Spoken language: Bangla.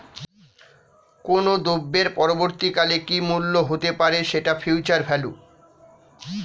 কোনো দ্রব্যের পরবর্তী কালে কি মূল্য হতে পারে, সেটা ফিউচার ভ্যালু